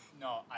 No